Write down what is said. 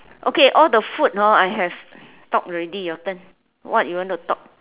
okay all the food lor I talk already your turn what do you want to talk